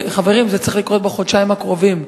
חברים, זה צריך לקרות בחודשיים הקרובים.